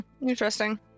interesting